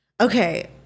Okay